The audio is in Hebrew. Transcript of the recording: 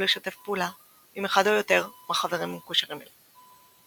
ולשתף פעולה עם אחד או יותר מהחברים המקושרים אליהם.